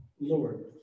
Lord